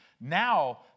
now